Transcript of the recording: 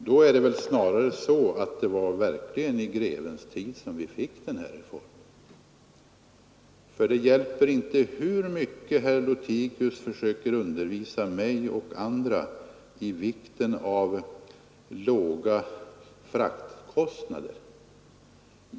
Då har vi i stället genomfört den här reformen i grevens tid. Det hjälper inte att herr Lothigius försöker undervisa mig och andra om vikten av låga fraktkostnader.